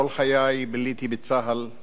כל חיי ביליתי בצה"ל,